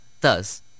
Thus